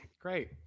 great